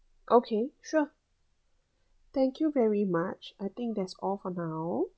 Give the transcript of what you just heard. okay sure thank you very much I think that's all for now